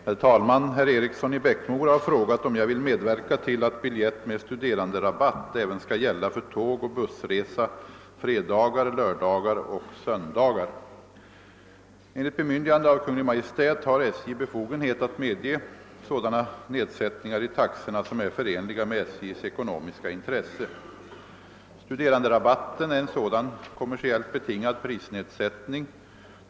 Herr talman! Herr Eriksson i Bäckmora har frågat om jag vill medverka till att biljett med studeranderabatt även skall gälla för tågoch bussresa fredagar, lördagar och söndagar. Enligt bemyndigande av Kungl. Maj:t bar SJ befogenhet att medge sådana nedsättningar i taxorna som är förenliga med SJ:s ekonomiska intresse. Studeranderabatten är en sådan kommersiellt — betingad prisnedsättning.